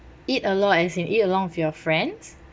eat a lot as in eat along with your friends